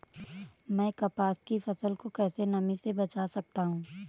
मैं कपास की फसल को कैसे नमी से बचा सकता हूँ?